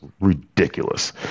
ridiculous